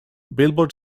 billboard